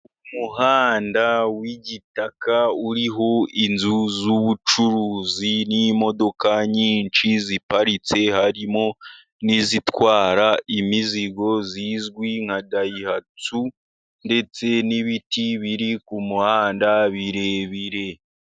Umuhanda w'igitaka uriho inzu z'ubucuruzi n'imodoka nyinshi ziparitse. Harimo n'izitwara imizigo zizwi nka dayihatsu ndetse n'ibiti biri ku muhanda birebire.